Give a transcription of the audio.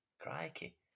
Crikey